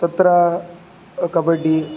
तत्र कबड्डि